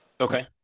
Okay